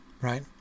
Right